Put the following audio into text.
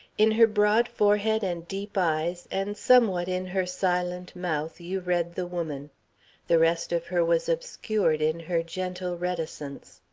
in her broad forehead and deep eyes and somewhat in her silent mouth, you read the woman the rest of her was obscured in her gentle reticence.